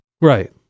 Right